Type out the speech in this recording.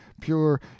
pure